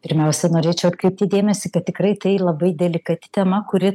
pirmiausia norėčiau atkreipti dėmesį kad tikrai tai labai delikati tema kuri